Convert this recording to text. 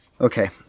Okay